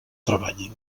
treballin